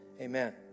Amen